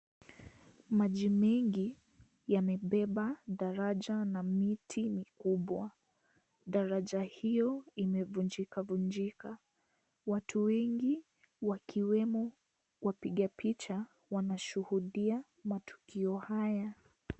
Maji mingi yamebeba daraja na miti mikubwa. Daraja iyo imevunjika vunjika. Watu wengi wakiwemo wapiga picha wanashuhudia matukio hayo.